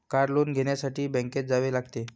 car loan घेण्यासाठी बँकेत जावे लागते